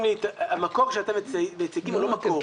המקור שאתם מציגים הוא לא מקור.